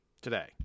today